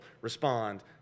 respond